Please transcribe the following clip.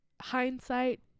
hindsight